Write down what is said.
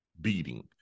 beating